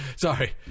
Sorry